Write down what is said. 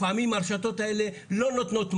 לפעמים הרשתות האלה לא נותנות מענה,